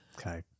Okay